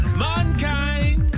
mankind